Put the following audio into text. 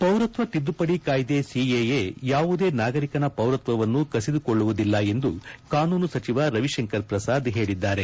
ಪೌರತ್ವ ತಿದ್ದುಪದಿ ಕಾಯ್ದೆ ಸಿಎಎ ಯಾವುದೇ ನಾಗರಿಕನ ಪೌರತ್ವವನ್ನು ಕಸಿದುಕೊಳ್ಳುವುದಿಲ್ಲ ಎಂದು ಕಾನೂನು ಸಚಿವ ರವಿಶಂಕರ್ ಪ್ರಸಾದ್ ಹೇಳಿದ್ದಾರೆ